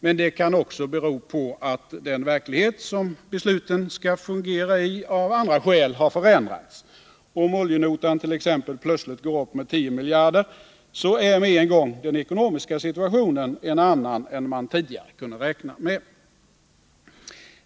Men det kan också bero på att den verklighet som besluten skall fungera i har, av andra skäl, förändrats. Om oljenotan t.ex. plötsligt går upp 10 miljarder så är med en gång den ekonomiska situationen en annan än man tidigare kunde räkna med.